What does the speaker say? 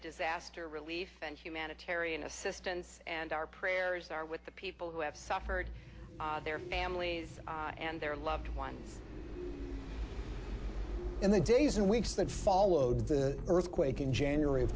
disaster relief and humanitarian assistance and our prayers are with the people who have suffered their families and their loved ones in the days and weeks that followed the earthquake in january